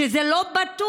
שזה לא בטוח.